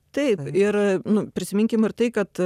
taip ir nu prisiminkim ir tai kad